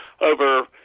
over